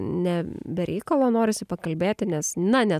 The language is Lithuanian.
ne be reikalo norisi pakalbėti nes na ne